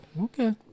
Okay